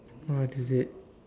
what is it